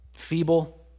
feeble